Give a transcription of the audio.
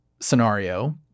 scenario